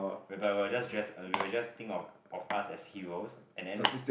whereby were just dress we will just think of of us as heroes and then